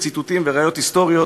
בציטוטים ובראיות היסטוריות